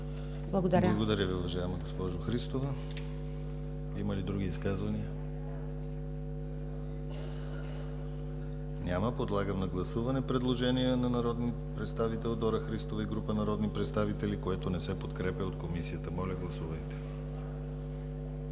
Благодаря Ви, уважаема госпожо Христова. Има ли други изказвания? Няма. Подлагам на гласуване предложението на народния представител Дора Христова и група народни представители, което не се подкрепя от Комисията. Гласували